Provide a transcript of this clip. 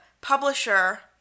publisher